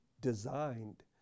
designed